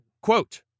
Quote